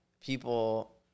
people –